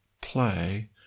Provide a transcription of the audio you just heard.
play